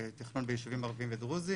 גם בתחום תכנון ביישובים ערבים ודרוזים,